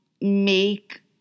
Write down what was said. Make